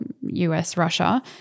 US-Russia